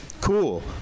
cool